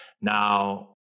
Now